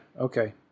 Okay